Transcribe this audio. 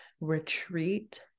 retreat